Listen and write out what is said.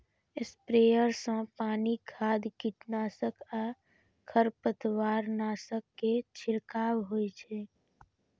sprayer सं पानि, खाद, कीटनाशक आ खरपतवारनाशक के छिड़काव होइ छै